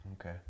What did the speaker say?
Okay